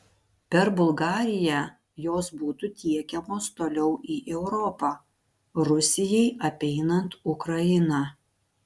per bulgariją jos būtų tiekiamos toliau į europą rusijai apeinant ukrainą